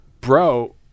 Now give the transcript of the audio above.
bro